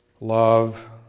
Love